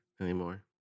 anymore